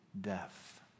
death